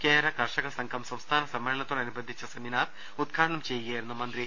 കേര കർഷകസംഘം സംസ്ഥാന സമ്മേളനത്തോടനുബന്ധിച്ച സെമിനാർ ഉദ്ഘാടനം ചെയ്യു കയായിരുന്നു മന്ത്രി